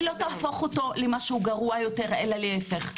היא לא תהפוך אותו למשהו גרוע יותר, אלא להיפך.